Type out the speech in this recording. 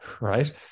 right